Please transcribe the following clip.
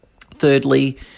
Thirdly